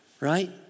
Right